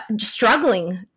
struggling